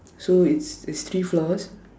so it's it's three floors